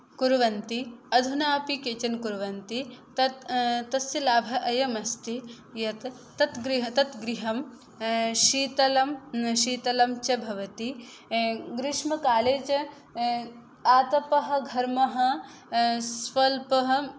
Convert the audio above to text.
कुर्वन्ति अधुना अपि केचन कुर्वन्ति तत् तस्य लाभः अयमस्ति यत् तद्गृहं तद्गृहं शीतलं शीतलञ्च भवति ग्रीष्मकाले च आतपः घर्मः स्वल्पः